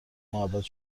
محبت